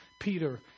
Peter